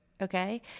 okay